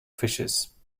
fishes